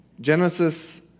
Genesis